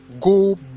go